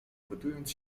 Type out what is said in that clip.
gotując